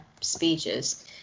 speeches